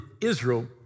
Israel